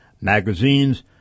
magazines